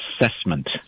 assessment